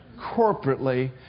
corporately